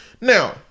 Now